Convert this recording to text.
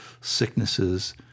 sicknesses